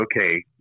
okay